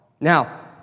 Now